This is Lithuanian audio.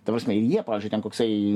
ta prasme ir jie pavyzdžiui ten koksai